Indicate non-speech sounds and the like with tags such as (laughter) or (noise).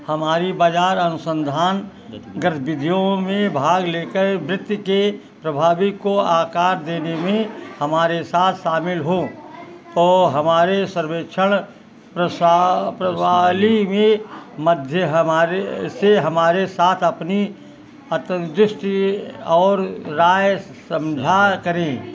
हमारी बाज़ार अनुसंधान गतिविधियों में भाग लेकर वित्त के प्रभावी को आकार देने में हमारे साथ शामिल हो और हमारे सर्वेक्षण प्रसार प्रणाली भी मध्य हमारे से हमारे साथ अपनी (unintelligible) और राय समझा करें